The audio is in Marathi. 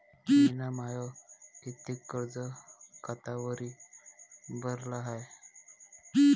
मिन माय कितीक कर्ज आतावरी भरलं हाय?